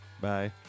Bye